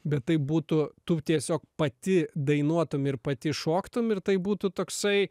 bet tai būtų tu tiesiog pati dainuotum ir pati šoktum ir tai būtų toksai